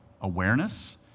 awareness